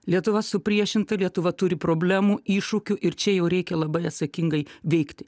lietuva supriešinta lietuva turi problemų iššūkių ir čia jau reikia labai atsakingai veikti